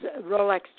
Rolex